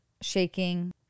shaking